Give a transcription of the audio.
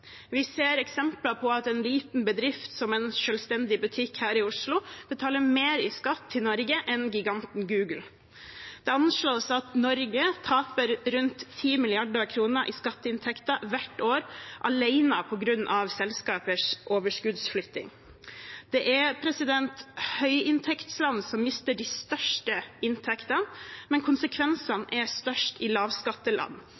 Vi ser eksempler på at en liten bedrift som en selvstendig butikk her i Oslo betaler mer i skatt til Norge enn giganten Google. Det anslås at Norge taper rundt 10 mrd. kr i skatteinntekter hvert år alene på grunn av selskapers overskuddsflytting. Det er høyinntektsland som mister de største inntektene, men